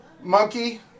Monkey